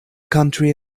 country